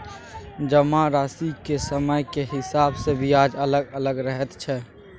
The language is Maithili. जमाराशिक समयक हिसाब सँ ब्याज अलग अलग रहैत छै